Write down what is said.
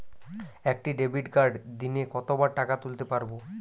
একটি ডেবিটকার্ড দিনে কতবার টাকা তুলতে পারব?